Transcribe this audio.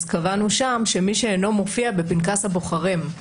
אז קבענו שם שמי שאינו מופיע בפנקס הבוחרים,